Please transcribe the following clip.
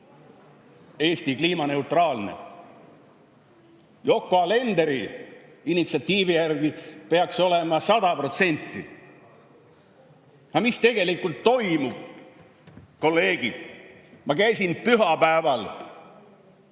Eesti kliimaneutraalne. Yoko Alenderi initsiatiivi järgi peaks olema 100%. Aga mis tegelikult toimub? Kolleegid, ma käisin pühapäeval